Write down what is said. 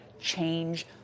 change